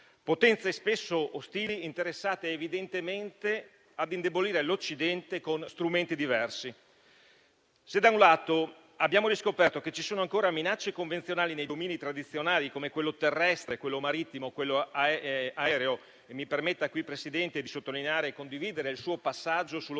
potenze spesso interessate evidentemente a indebolire l'Occidente con strumenti diversi. Se, da un lato, abbiamo riscoperto che ci sono ancora minacce convenzionali nei domini tradizionali come quello terrestre, quello marittimo e quello aereo - e mi permetta qui, signor Presidente, di sottolineare e condividere il suo passaggio sull'opportunità